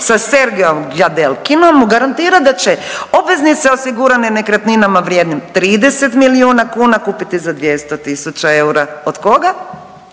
sa Sergejom Gljadelkinom garantira da će obveznice osigurane nekretninama vrijednim 30 milijuna kuna kupiti za 200.000 eura. Od koga?